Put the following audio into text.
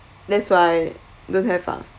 that's why don't have ah